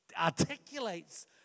articulates